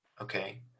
okay